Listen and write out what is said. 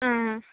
आं